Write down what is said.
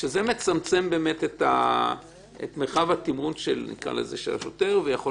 זה מצמצם את מרחב התמרון של השוטר ויכול